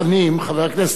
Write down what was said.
חבר הכנסת חנין,